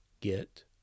get